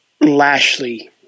Lashley